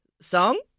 song